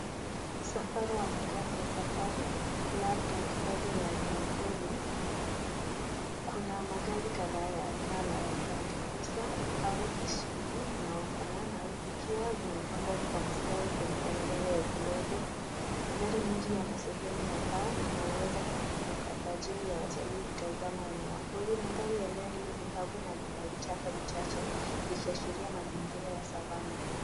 Msafara wa magari ya safari labda hifadhi ya wanyama pori kuna magari kadhaa ya aina ya land cruiser au Suv zinaofanana zikiwa zimepangwa kwa mstari kwenye barabara ya ndogo, magari mengi yana sehemu ya paa inayoweza kufunguka kwa ajili ya watalii kutazama wanyama pori, mandhari ya eneo hilo likavu na lina vichaka vichache ikiashiria mazingira ya savannah.